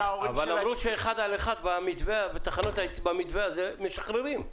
אמרו שטיפול של אחד לאחד במתווה הזה משחררים.